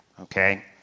okay